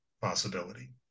possibility